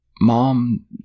Mom